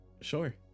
Sure